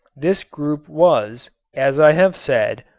this group was, as i have said,